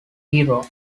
hero